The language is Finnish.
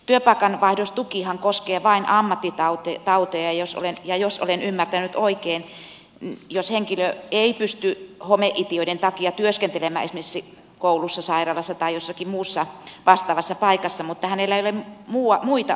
työpaikanvaihdostukihan koskee vain ammattitauteja ja jos olen ymmärtänyt oikein jos henkilö ei pysty homeitiöiden takia työskentelemään esimerkiksi koulussa sairaalassa tai jossakin muussa vastaavassa paikassa mutta hänellä ei mua voita